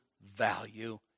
value